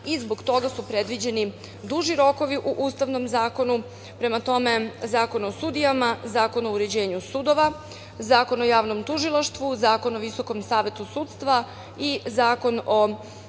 Zbog toga su predviđeni duži rokovi u Ustavnom zakonu. Prema tome, Zakon o sudijama, Zakon o uređenju sudova, Zakon o javnom tužilaštvu, Zakon o VSS i Zakon o